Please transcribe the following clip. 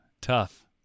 tough